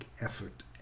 effort